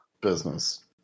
business